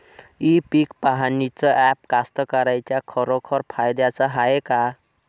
इ पीक पहानीचं ॲप कास्तकाराइच्या खरोखर फायद्याचं हाये का?